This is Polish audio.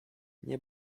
nie